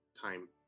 time